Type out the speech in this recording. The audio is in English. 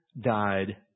died